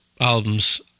albums